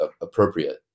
appropriate